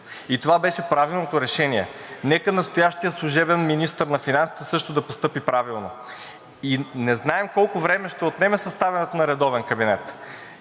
и това беше правилното решение. Нека настоящият служебен министър на финансите също да постъпи правилно. Не знаем колко време ще отнеме съставянето на редовен кабинет.